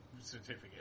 certificate